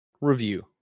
review